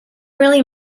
really